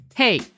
Hey